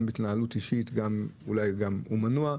גם בגלל התנהגות אישית וגם אולי כי הוא מנוע,